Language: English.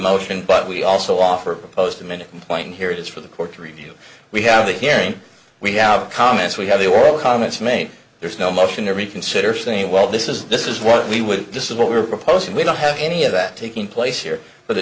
motion but we also offer a post a minute point here it is for the courts review we have the hearing we have comments we have the oral comments made there's no motion to reconsider saying well this is this is what we would this is what we're proposing we don't have any of that taking place